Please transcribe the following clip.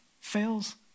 fails